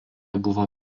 buvo